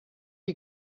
you